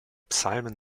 psalmen